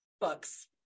books